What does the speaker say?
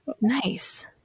nice